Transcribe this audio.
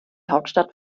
hauptstadt